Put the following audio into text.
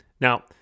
Now